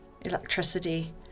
electricity